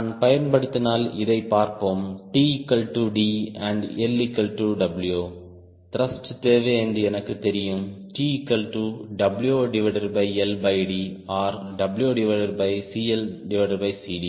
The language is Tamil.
நான் பயன்படுத்தினால் இதைப் பார்ப்போம் TD and LW த்ருஷ்ட் தேவை என்று எனக்குத் தெரியும் TWLDorWCLCD